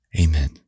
Amen